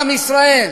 עם ישראל.